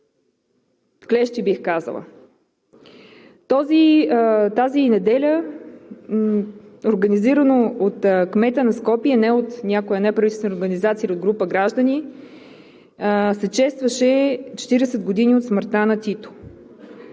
клещи, бих казала. Тази неделя, организирано от кмета на Скопие – не от някоя неправителствена организация или от група граждани, се честваше 40 години от смъртта на Тито.